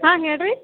ಹಾಂ ಹೇಳಿ ರೀ